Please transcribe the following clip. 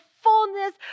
fullness